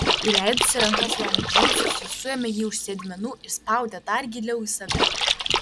įleidusi rankas jam į džinsus ji suėmė jį už sėdmenų ir spaudė dar giliau į save